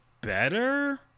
better